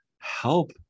help